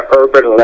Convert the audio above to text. urban